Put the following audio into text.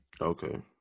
Okay